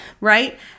Right